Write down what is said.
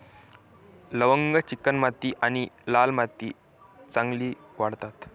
लवंग चिकणमाती आणि लाल मातीत चांगली वाढतात